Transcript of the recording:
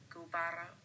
Gubara